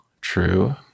true